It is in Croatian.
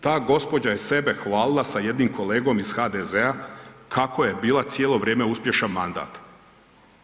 Ta gospođa je sebe hvalila sa jednim kolegom iz HDZ-a kako je bila cijelo vrijeme uspješan mandat.